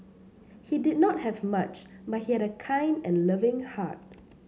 he did not have much but he had a kind and loving heart